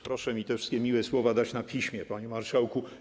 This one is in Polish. Proszę mi te wszystkie miłe słowa dać na piśmie, panie marszałku.